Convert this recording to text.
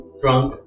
drunk